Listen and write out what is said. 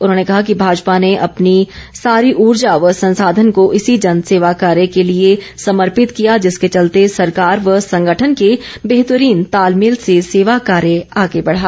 उन्होंने कहा कि भाजपा ने अपनी सारी ऊर्जा व संसाधन को इसी जन सेवा कार्य के लिए समर्पित किया जिसके चलते सरकार व संगठन के बेहतरीन तालमेल से सेवा कार्य आगे बढ़ा